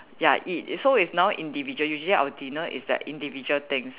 ya eat so it's now individual usually our dinner is like individual things